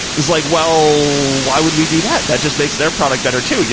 it's like, well, well, why would we do that? that just makes their product better too. yeah